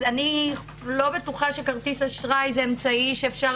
אני לא בטוחה שכרטיס אשראי הוא אמצעי שאפשר